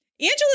Angela